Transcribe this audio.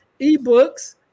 ebooks